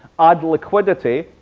add liquidity,